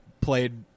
played